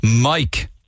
Mike